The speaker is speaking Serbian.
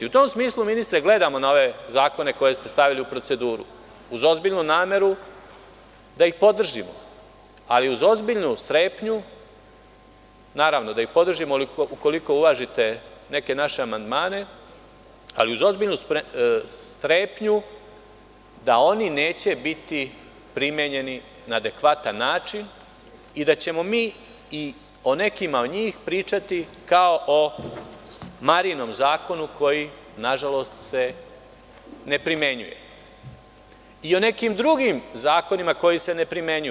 U tom smislu, ministre, gledamo na ove zakone koje ste stavili u proceduru, uz ozbiljnu nameru da ih podržimo, naravno, da ih podržimo ali ukoliko uvažite neke naše amandmane, ali uz ozbiljnu strepnju da oni neće biti primenjeni na adekvatan način i da ćemo mi o nekima od njih pričati kao o Marijinom zakonu koji, nažalost, se ne primenjuje i o nekim drugim zakonima koji se ne primenjuju.